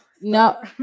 No